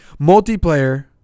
multiplayer